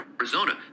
Arizona